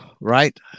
right